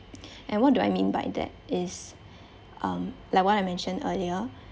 and what do I mean by that is um like what I mentioned earlier